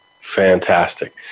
Fantastic